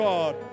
God